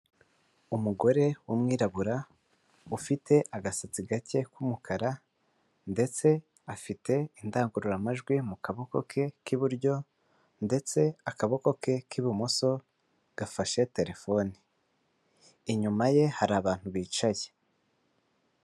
Umugore w'umwirabura ufite agasatsi gake k'umukara ndetse afite indangururamajwi mu kaboko ke k'iburyo, ndetse akaboko ke k'ibumoso gafashe telefone, inyuma ye hari abantu bicaye.